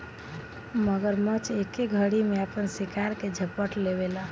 मगरमच्छ एके घरी में आपन शिकार के झपट लेवेला